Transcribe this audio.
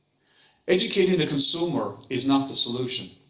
educating the consumer is not the solution.